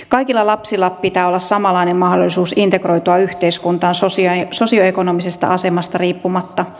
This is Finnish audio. kaikilla lapsilla pitää olla samanlainen mahdollisuus integroitua yhteiskuntaan sosio ekonomisesta asemasta riippumatta